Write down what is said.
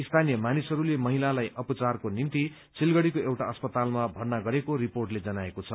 स्थानीय मानिसहरूले महिलालाई उपचारको निम्ति सिलगढ़ीको एउटा अस्पतालमा भर्ना गरेको रिपोर्टले जनाएको छ